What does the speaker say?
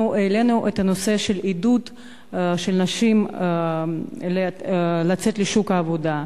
אנחנו העלינו את הנושא של עידוד נשים לצאת לשוק העבודה,